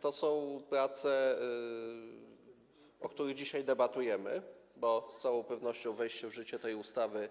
To są prace, o których dzisiaj debatujemy, bo z całą pewnością wejście w życie tej ustawy,